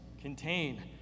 contain